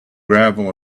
gravel